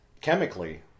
chemically